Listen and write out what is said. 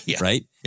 right